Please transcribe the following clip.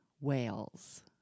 whales